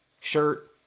shirt